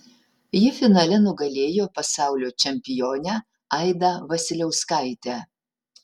ji finale nugalėjo pasaulio čempionę aidą vasiliauskaitę